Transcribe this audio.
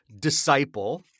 disciple